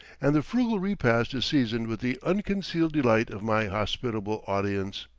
and the frugal repast is seasoned with the unconcealed delight of my hospitable audience.